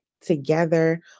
together